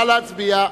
נא להצביע.